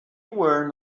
were